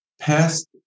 past